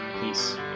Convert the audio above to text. peace